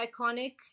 iconic